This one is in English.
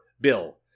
Bill